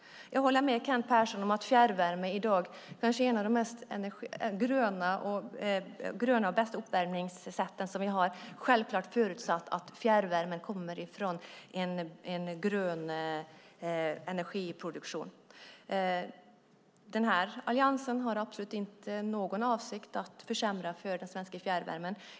Jag håller med Kent Persson om att fjärrvärme i dag kanske är ett av de grönaste och bästa uppvärmningssätt som vi har, självklart förutsatt att fjärrvärmen kommer från en grön energiproduktion. Alliansen har absolut inte någon avsikt att försämra för den svenska fjärrvärmen.